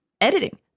editing